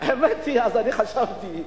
האמת היא, אני חשבתי,